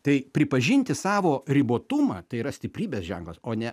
tai pripažinti savo ribotumą tai yra stiprybės ženklas o ne